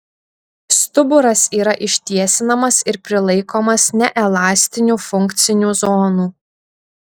stuburas yra ištiesinamas ir prilaikomas neelastinių funkcinių zonų